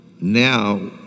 now